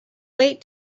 wait